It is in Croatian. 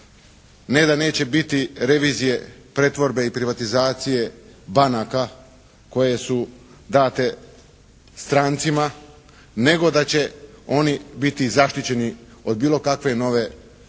ne da neće biti revizije, pretvorbe i privatizacije banaka koje su date strancima nego da će oni biti zaštićeni od bilo kakve nove